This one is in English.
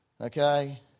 Okay